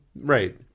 Right